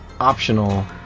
optional